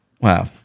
Wow